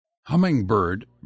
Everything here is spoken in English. hummingbird